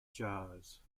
jars